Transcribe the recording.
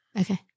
Okay